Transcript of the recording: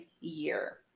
year